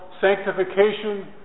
sanctification